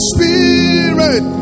Spirit